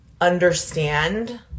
understand